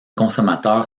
consommateur